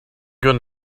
going